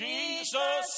Jesus